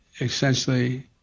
essentially